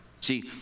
See